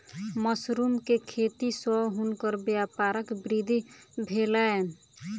mushroom के खेती सॅ हुनकर व्यापारक वृद्धि भेलैन